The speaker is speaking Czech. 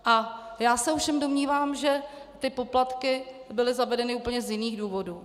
Ale já se ovšem domnívám, že poplatky byly zavedeny úplně z jiných důvodů.